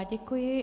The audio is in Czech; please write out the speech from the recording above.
Děkuji.